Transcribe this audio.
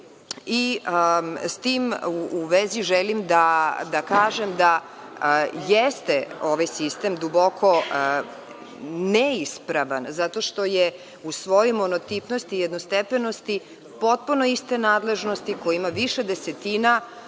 tim u vezi, želim da kažem da jeste ovaj sistem duboko neispravan zato što je u svojoj monotipnosti i jednostepenosti potpuno iste nadležnosti kojih ima više desetina